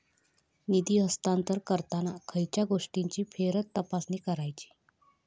निधी हस्तांतरण करताना खयच्या गोष्टींची फेरतपासणी करायची?